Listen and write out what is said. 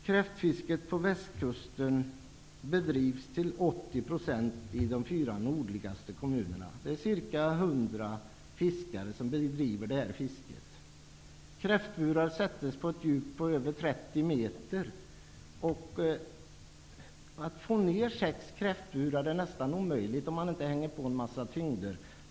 Kräftfisket på Västkusten bedrivs till 80 % i de fyra nordligaste kommunerna. Det är ca 100 fiskare som bedriver detta fiske. Kräftburar sätts på ett djup på över 30 meter. Att få ned sex kräftburar är nästan omöjligt om man inte hänger på en massa tyngder.